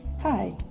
Hi